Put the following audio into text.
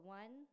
one